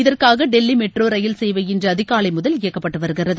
இதற்காக Delhi metro rail சேவை இன்று அதிகாலை முதல் இயக்கப்பட்டு வருகிறது